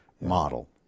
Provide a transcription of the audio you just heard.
model